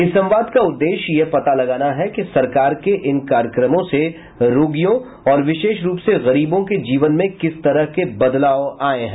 इस संवाद का उद्देश्य यह पता लगाना है कि सरकार के इन कार्यक्रमों से रोगियों और विशेष रूप से गरीबों के जीवन में किस तरह के बदलाव आये हैं